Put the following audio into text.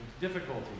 difficulty